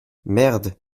merde